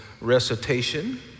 recitation